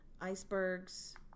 icebergs